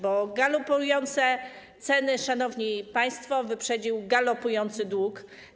Bo galopujące ceny, szanowni państwo, wyprzedził galopujący dług.